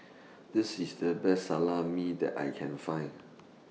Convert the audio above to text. This IS The Best Salami that I Can Find